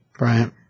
Right